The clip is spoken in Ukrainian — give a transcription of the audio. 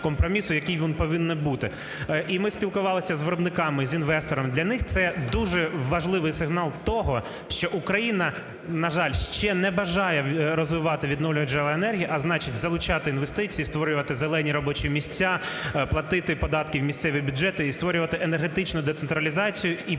компромісу, який він повинен бути. І ми спілкувалися з виробниками, з інвестором. Для них це дуже важливий сигнал того, що Україна, на жаль, ще не бажає розвивати відновлювальні джерела енергії, а, значить, залучати інвестиції, створювати "зелені" робочі місця, платити податки в місцеві бюджети і створювати енергетичну децентралізацію, і